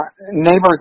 neighbors